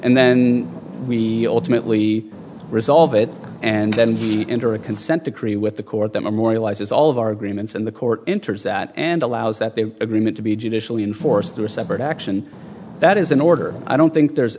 and then we ultimately resolve it and then enter a consent decree with the court that memorializes all of our agreements and the court enters that and allows that the agreement to be judicially enforced or a separate action that is an order i don't think there's